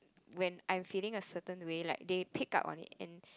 when I'm feeling a certain way like they pick up on it and